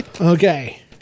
Okay